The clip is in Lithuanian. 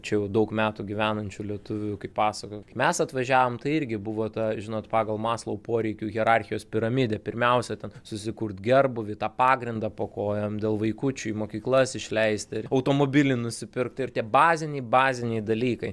čia jau daug metų gyvenančių lietuvių kai pasakoja kai mes atvažiavom tai irgi buvo ta žinot pagal maslou poreikių hierarchijos piramidę pirmiausia ten susikurt gerbūvį tą pagrindą po kojom dėl vaikučių į mokyklas išleisti automobilį nusipirkt ir tie baziniai baziniai dalykai